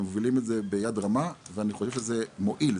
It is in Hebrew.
ומובילים את זה ביד רמה ואני חושב שזה מועיל,